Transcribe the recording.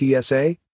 TSA